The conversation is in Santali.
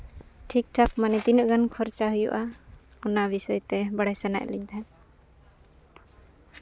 ᱴᱷᱤᱠ ᱴᱷᱟᱠ ᱢᱟᱱᱮ ᱛᱤᱱᱟᱹᱜᱟᱱ ᱠᱷᱚᱨᱪᱟ ᱦᱩᱭᱩᱜᱼᱟ ᱚᱱᱟ ᱵᱤᱥᱚᱭᱛᱮ ᱵᱟᱲᱟᱭ ᱥᱟᱱᱟᱭᱮᱜ ᱞᱤᱧ ᱛᱟᱦᱮᱸᱜ